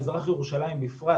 מזרח ירושלים בפרט,